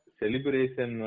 celebration